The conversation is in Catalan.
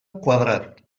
quadrat